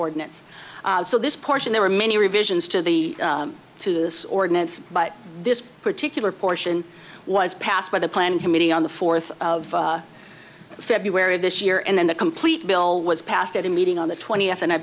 ordinance so this portion there were many revisions to the to this ordinance but this particular portion was passed by the planning committee on the fourth of february of this year and then the complete bill was passed at a meeting on the twentieth and i